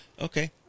okay